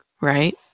right